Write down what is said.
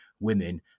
women